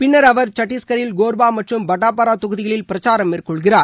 பின்னர் அவர் சத்திஸ்கரில் கோர்பா மற்றும் பட்டாபரா தொகுதிகளில் பிரச்சாரம் மேற்கொள்கிறார்